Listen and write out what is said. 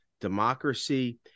democracy